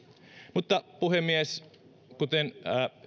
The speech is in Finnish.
mutta puhemies kuten